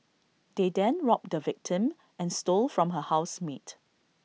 they then robbed the victim and stole from her housemate